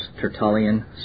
Tertullian